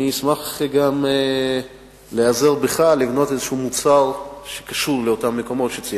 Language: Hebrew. אני אשמח גם להיעזר בך לבנות איזשהו מוצר שקשור לאותם מקומות שציינת.